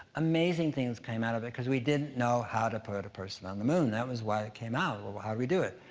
amazing things came out of it, cause we didn't know how to put a person on the moon. that was why it came out, well, how do we do it?